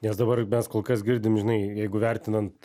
nes dabar mes kol kas girdim žinai jeigu vertinant